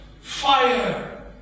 Fire